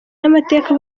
n’amateka